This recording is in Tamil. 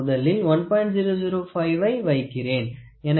005 வை வைக்கிறேன்